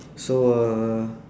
so uh